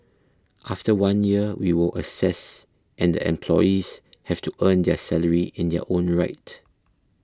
after one year we will assess and the employees have to earn their salary in their own right